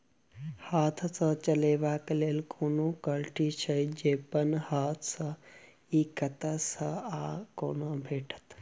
हाथ सऽ चलेबाक लेल कोनों कल्टी छै, जौंपच हाँ तऽ, इ कतह सऽ आ कोना भेटत?